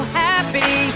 happy